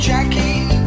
Jackie